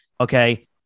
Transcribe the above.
Okay